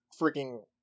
freaking